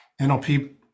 NLP